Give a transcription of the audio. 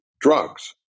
drugs